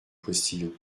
postillon